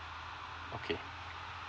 okay